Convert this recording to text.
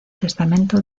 testamento